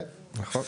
כן, נכון.